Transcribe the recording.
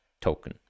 token